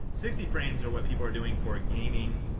sixty frames are what people are doing for gaming